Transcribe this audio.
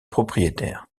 propriétaires